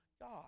God